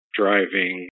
driving